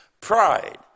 Pride